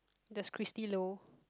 that's Christy Low